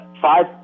five